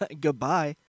goodbye